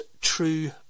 True